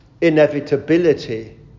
inevitability